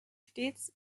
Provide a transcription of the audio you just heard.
stets